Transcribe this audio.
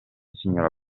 signorina